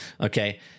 Okay